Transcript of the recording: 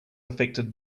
affected